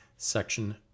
Section